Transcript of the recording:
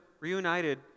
reunited